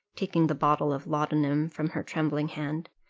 taking the bottle of laudanum from her trembling hand,